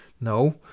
No